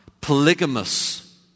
polygamous